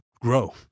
grow